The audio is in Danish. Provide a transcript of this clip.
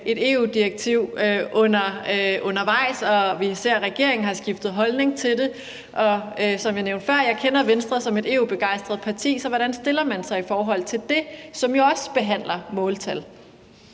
et EU-direktiv undervejs, og vi ser, at regeringen har skiftet holdning til det. Og som jeg nævnte før, kender jeg Venstre som et EU-begejstret parti – så hvordan stiller man sig i forhold til det, som jo også behandler måltal?